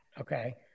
okay